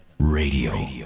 Radio